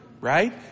right